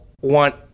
want